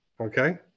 Okay